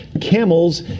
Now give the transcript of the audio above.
Camels